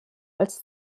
als